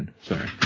Sorry